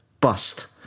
Bust